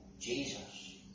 Jesus